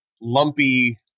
lumpy